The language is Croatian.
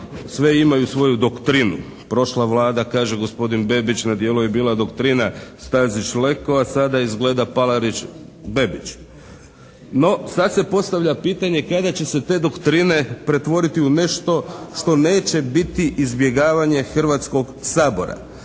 Sve imaju svoju doktrinu. Prošla Vlada kaže gospodin Bebić na djelu je bila doktrina Stazić-Leko, a sada izgleda Palarić-Bebić. No, sad se postavlja pitanje kada će se te doktrine pretvoriti u nešto što neće biti izbjegavanje Hrvatskog sabora?